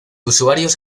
usuarios